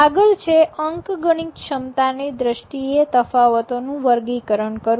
આગળ છે અંકગણિત ક્ષમતાની દ્રષ્ટિએ તફાવતોનું વર્ગીકરણ કરવું